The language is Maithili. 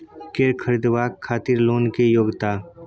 कैर खरीदवाक खातिर लोन के योग्यता?